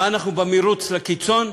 מה, אנחנו במירוץ לקיצון?